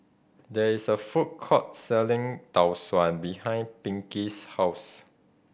there is a food court selling Tau Suan behind Pinkie's house